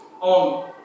on